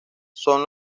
son